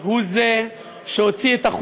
שלכם,